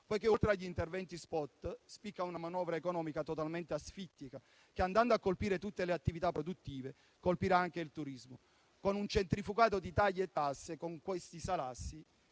poiché oltre agli interventi *spot*, spicca una manovra economica totalmente asfittica, che andando a colpire tutte le attività produttive, colpirà anche il turismo. Con un centrifugato di tagli e tasse e con questi salassi,